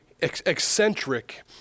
eccentric